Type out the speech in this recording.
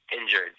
injured